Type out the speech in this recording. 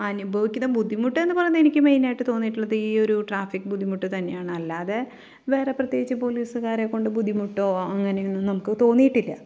അനുഭവിക്കണ ബുദ്ധിമുട്ടെന്നു പറയുന്നത് എനിക്ക് മെയിനായിട്ട് തോന്നിയിട്ടുള്ളത് ഈ ഒരു ട്രാഫിക് ബുദ്ധിമുട്ട് തന്നെയാണ് അല്ലാതെ വേറെ പ്രത്യേകിച്ച് പോലീസുകാരെ കൊണ്ട് ബുദ്ധിമുട്ടോ അങ്ങനെ ഒന്നും നമുക്ക് തോന്നിയിട്ടില്ല